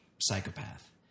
psychopath